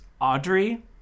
Audrey